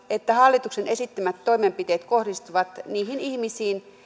että hallituksen esittämät toimenpiteet kohdistuvat niihin ihmisiin